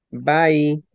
Bye